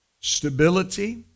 stability